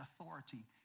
authority